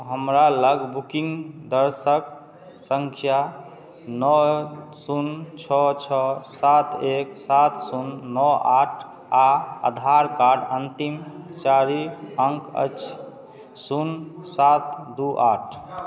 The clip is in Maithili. हमरालग बुकिन्ग दर्शक सँख्या नओ शून्य छओ छओ सात एक सात शून्य नओ आठ आओर आधार कार्ड अन्तिम चारि अङ्क अछि शून्य सात दुइ आठ